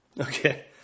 Okay